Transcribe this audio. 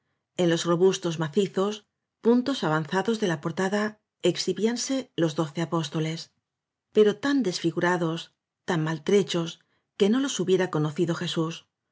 en los robustos macizos puntos avanzados de la portada exhibíanse los doce apóstoles pero tan desfigurados tan mal trechos que no los hubiera conocido jesús